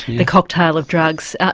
the cocktail of drugs.